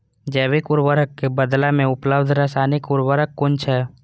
जैविक उर्वरक के बदला में उपलब्ध रासायानिक उर्वरक कुन छै?